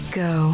go